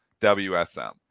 WSM